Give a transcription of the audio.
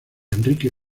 enrique